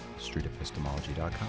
streetepistemology.com